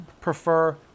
prefer